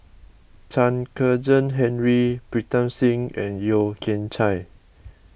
Chen Kezhan Henri Pritam Singh and Yeo Kian Chai